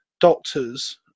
doctors